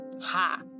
ha